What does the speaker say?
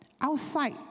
Outside